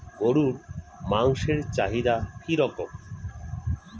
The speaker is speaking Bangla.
গরুর মাংসের চাহিদা কি রকম?